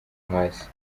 hasi